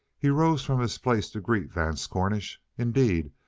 he rose from his place to greet vance cornish. indeed,